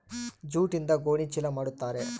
ಜೂಟ್ಯಿಂದ ಗೋಣಿ ಚೀಲ ಮಾಡುತಾರೆ